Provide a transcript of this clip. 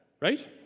Right